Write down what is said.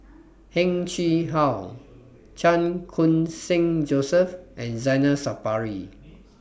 Heng Chee How Chan Khun Sing Joseph and Zainal Sapari